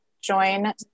join